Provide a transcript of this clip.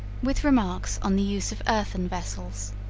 with remarks on the use of earthen vessels